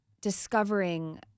discovering